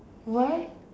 why